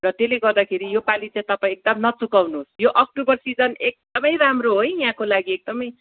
र त्यसले गर्दाखेरि यसपालि चाहिँ तपाईँ एकदम नचुकाउनु होस् यो अक्टोबर सिजन एकदमै राम्रो हो यहाँको लागि एकदमै